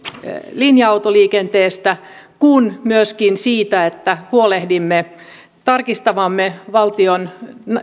linja autoliikenteestä kuin myöskin siitä että huolehdimme tarkistavamme valtion